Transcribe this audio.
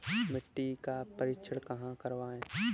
मिट्टी का परीक्षण कहाँ करवाएँ?